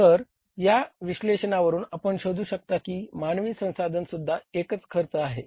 तर या विश्लेषणावरून आपण शोधू शकता की मानवी संसाधनासुद्धा एक खर्चच आहे